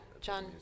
John